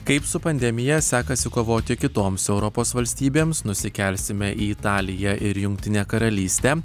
kaip su pandemija sekasi kovoti kitoms europos valstybėms nusikelsime į italiją ir jungtinę karalystę